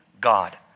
god